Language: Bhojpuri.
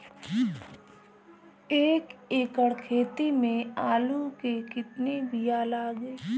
एक एकड़ खेती में आलू के कितनी विया लागी?